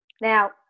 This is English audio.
Now